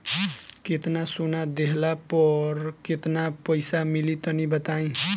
केतना सोना देहला पर केतना पईसा मिली तनि बताई?